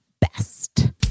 best